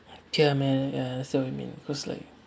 ya man ya so we mean cause like